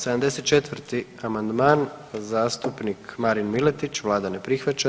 74. amandman, zastupnik Marin Miletić, Vlada ne prihvaća.